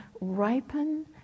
ripen